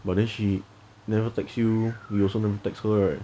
but then she never text you you also never text her right